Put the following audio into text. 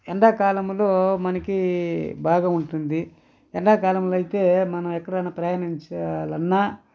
ఎండాకాలములో మనకి బాగా ఉంటుంది ఎండాకాలంలో అయితే మనం ఎక్కడైనా ప్రయాణం చేయాలన్నా